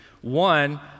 One